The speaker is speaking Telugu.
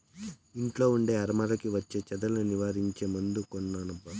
ఇంట్లో ఉండే అరమరలకి వచ్చే చెదల్ని నివారించే మందు కొనబ్బా